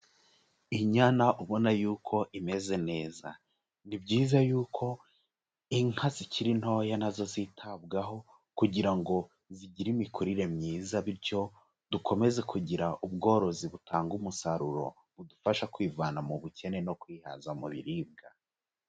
Inyana ubona y'uko imeze neza, ni byiza y'uko inka zikiri ntoya na zo zitabwaho kugira ngo zigire imikurire myiza bityo dukomeze kugira ubworozi butanga umusaruro, budufasha kwivana mu bukene no kwihaza mu biribwa.